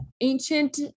ancient